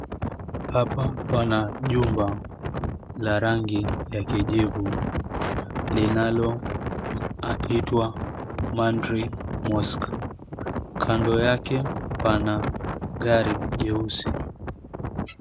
Hapa pana jumba la rangi ya kijivu linaloitwa Mandhry Mosque. Kando yake pana gari jeusi.